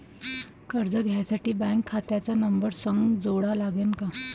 कर्ज घ्यासाठी बँक खात्याचा नंबर संग जोडा लागन का?